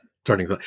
starting